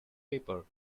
paper